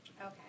Okay